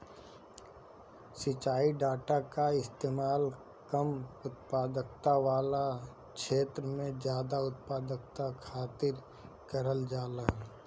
सिंचाई डाटा कअ इस्तेमाल कम उत्पादकता वाला छेत्र में जादा उत्पादकता खातिर करल जाला